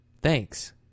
Thanks